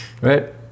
right